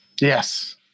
Yes